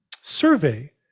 survey